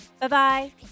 Bye-bye